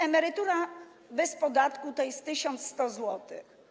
Emerytura bez podatku to jest 1100 zł.